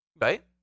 right